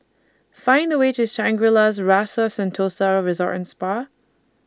Find The fastest Way to Shangri La's Rasa Sentosa Resort and Spa